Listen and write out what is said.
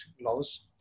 laws